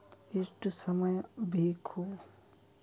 ಎಷ್ಟು ಸಮಯ ಬೇಕು?